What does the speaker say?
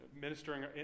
ministering